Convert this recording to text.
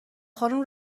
خانوم